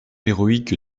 héroïque